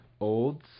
olds